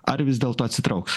ar vis dėlto atsitrauks